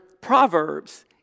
proverbs